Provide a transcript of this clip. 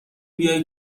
بیای